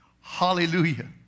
Hallelujah